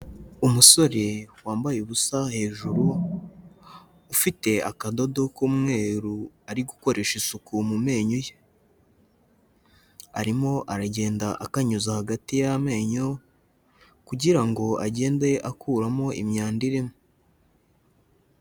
Umusore wambaye ubusa hejuru, ufite akadodo k'umweru ari gukoresha isuku mu menyo ye, arimo aragenda akanyuza hagati y'amenyo, kugira ngo agende akuramo imyanda irimo.